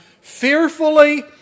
fearfully